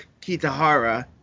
Kitahara